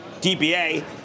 DBA